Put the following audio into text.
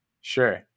Sure